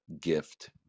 gift